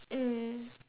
mm